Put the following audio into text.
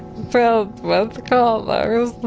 filled with colors